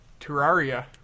terraria